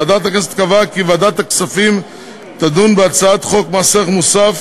ועדת הכנסת קבעה כי ועדת הכספים תדון בהצעת חוק מס ערך מוסף